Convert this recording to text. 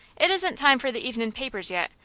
it isn't time for the evenin' papers yet,